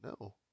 No